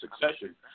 succession